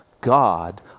God